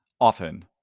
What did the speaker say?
often